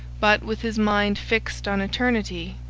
but, with his mind fixed on eternity,